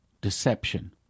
deception